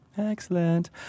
Excellent